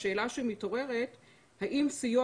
השאלה שמתעוררת היא האם סיוע